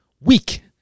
weak